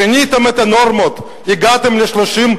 שיניתם את הנורמות, הגעתם ל-39.